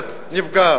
הכנסת נפגעת,